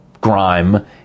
grime